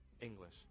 English